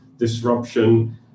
disruption